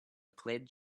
plaid